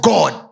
God